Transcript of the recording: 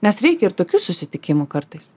nes reikia ir tokių susitikimų kartais